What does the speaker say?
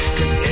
Cause